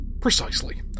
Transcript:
Precisely